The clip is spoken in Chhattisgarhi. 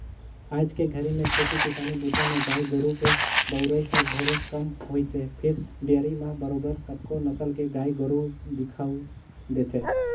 आयज के घरी में खेती किसानी बूता में गाय गोरु के बउरई हर ढेरे कम होइसे फेर डेयरी म बरोबर कतको नसल के गाय गोरु दिखउल देथे